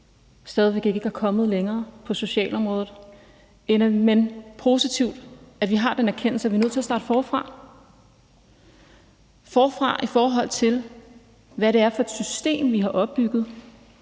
stadig væk ikke er kommet længere på socialområdet. Men det er positivt, at vi har den erkendelse, at vi er nødt til at starte forfra. Vi skal starte forfra i forhold til det system, vi har opbygget,